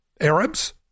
Arabs